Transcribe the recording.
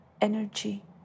energy